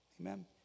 Amen